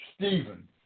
Stephen